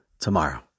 Tomorrow